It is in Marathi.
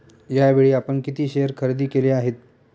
यावेळी आपण किती शेअर खरेदी केले आहेत?